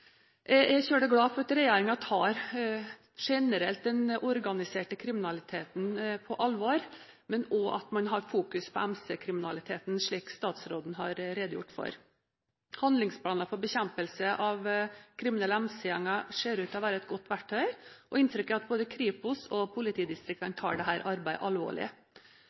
Jeg er veldig glad for at regjeringen tar den organiserte kriminaliteten generelt på alvor, men at man også har fokus på MC-kriminaliteten, slik statsråden har redegjort for. Handlingsplanen for bekjempelse av kriminelle MC-gjenger ser ut til å være et godt verktøy, og inntrykket er at både Kripos og politidistriktene tar dette arbeidet alvorlig.